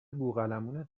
بوقلمون